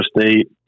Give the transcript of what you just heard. State